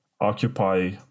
occupy